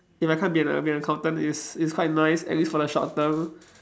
if I can't be an be an accountant it's it's quite nice at least for the short term